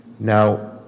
Now